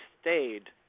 stayed